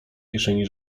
kieszeni